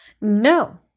No